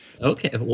Okay